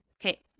Okay